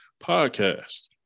Podcast